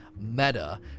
meta